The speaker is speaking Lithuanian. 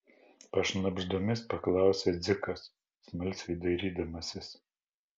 pašnabždomis paklausė dzikas smalsiai dairydamasis